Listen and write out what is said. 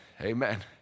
Amen